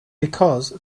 because